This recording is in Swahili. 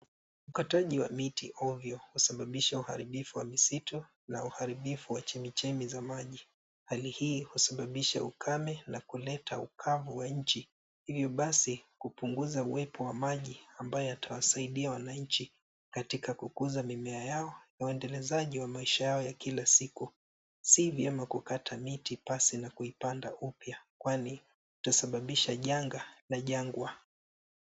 Ukataji wa miti ovyo wasababisha uaharibifu wa misitu na uharibifu wa chemichemi za maji. Hali hii husababisha ukame na kuleta ukavu wa nchi hivyo basi kupunuza uwepo wa maji ambayo yatawasaidia wananchi katika kukuza mimea yao na uendelezaji wa maisha yao ya kila siku. Si vyema kukata miti pasi na kuipanda upya kwani utasababisha janga la jangwa.